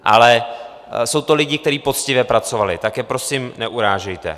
Ale jsou to lidi, kteří poctivě pracovali, tak je prosím neurážejte.